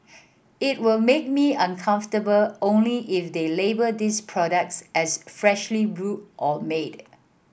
it will make me uncomfortable only if they label these products as freshly brewed or made